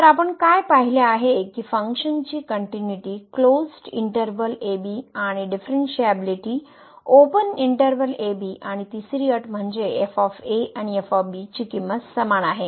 तर आपण काय पाहिले आहे की फन्कशनची कनट्युनिटी कलोजड इंटर्वल ab आणि डीफ़्रन्शियाबीलीटी ओपन इंटर्वल a bआणि तिसरी अट म्हणजे आणि ची किंमत समान आहे